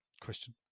question